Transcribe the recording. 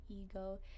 ego